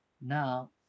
now